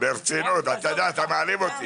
אתה מעליב אותי.